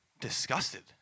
disgusted